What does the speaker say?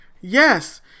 yes